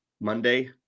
Monday